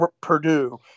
Purdue